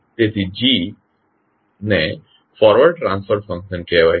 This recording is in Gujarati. તેથી G ને ફોરવર્ડ ટ્રાન્સફર ફંક્શન કહેવાય છે